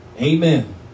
Amen